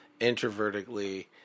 introvertically